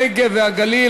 הנגב והגליל,